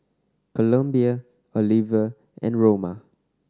Columbia Oliver and Roma